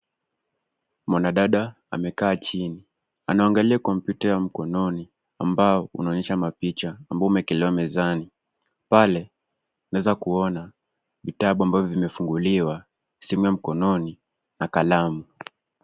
Mwanadada amekaa chini. Anaangalia kompyuta ya mkononi ambao unaonyesha mapicha ambao umewekelewa mezani. Pale tunaweza kuona vitabu ambavyo vime funguliwa na simu ya mkononi na kalamu.